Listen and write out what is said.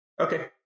Okay